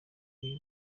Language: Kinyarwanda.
huye